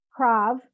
Krav